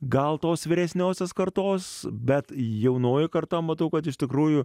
gal tos vyresniosios kartos bet jaunoji karta matau kad iš tikrųjų